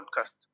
podcast